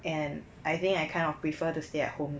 and I think I kind of prefer to stay at home